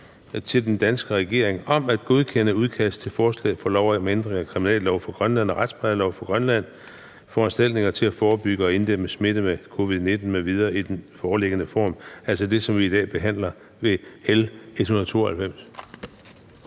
til den danske regering om at godkende udkast til forslag for lov om ændring af kriminallov for Grønland og retsplejelov for Grønland, foranstaltninger til at forebygge og inddæmme smitte med covid-19 m.v. i den foreliggende form, altså det, som vi i dag behandler ved L 192.